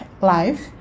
life